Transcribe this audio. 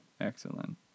Excellent